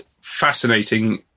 fascinating